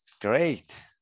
great